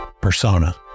persona